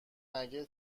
مگه